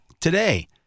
today